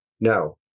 No